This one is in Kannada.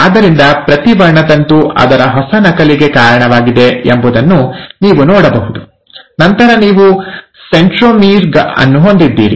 ಆದ್ದರಿಂದ ಪ್ರತಿ ವರ್ಣತಂತು ಅದರ ಹೊಸ ನಕಲಿಗೆ ಕಾರಣವಾಗಿದೆ ಎಂಬುದನ್ನು ನೀವು ನೋಡಬಹುದು ನಂತರ ನೀವು ಸೆಂಟ್ರೊಮೀರ್ ಅನ್ನು ಹೊಂದಿದ್ದೀರಿ